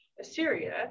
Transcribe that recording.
Assyria